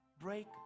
break